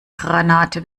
granate